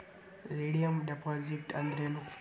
Redeem deposit ಅಂದ್ರೇನ್?